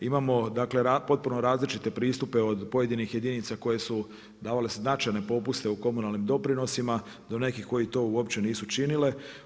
Imamo, dakle, potpuno različite pristupe od pojedinih jedinica koje su davale značajne popuste u komunalnim doprinosima, do nekih koji to uopće nisu činile.